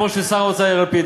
כמו שר האוצר יאיר לפיד,